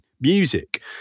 music